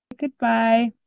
goodbye